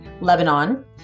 Lebanon